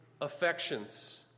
affections